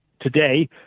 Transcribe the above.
today